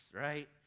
right